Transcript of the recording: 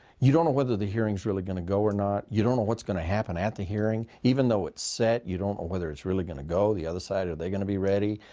you don't know whether the hearings really are going to go or not. you don't know what's going to happen at the hearing. even though it's set, you don't know whether it's really going to go. the other side, are they going to be ready?